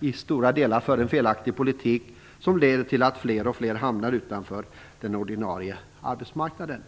i stora delar för en felaktig politik, som leder till att fler och fler hamnar utanför den ordinarie arbetsmarknaden.